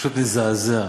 פשוט מזעזע.